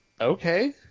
Okay